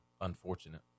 unfortunate